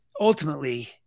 ultimately